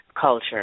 culture